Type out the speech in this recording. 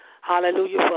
Hallelujah